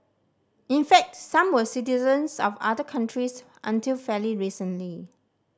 in fact some were citizens of other countries until fairly recently